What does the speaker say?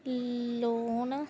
loan